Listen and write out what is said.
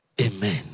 amen